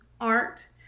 art